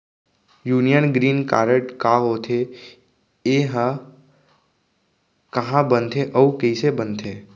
Union green card का होथे, एहा कहाँ बनथे अऊ कइसे बनथे?